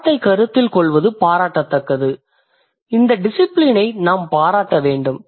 பாடத்தைக் கருத்தில் கொள்வது பாராட்டத்தக்கது இந்த டிசிபிலினை நாம் பாராட்ட வேண்டும்